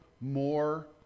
more